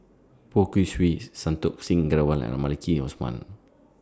Poh Kay Swee Santokh Singh Grewal and Maliki Osman